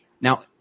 Now